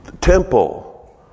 Temple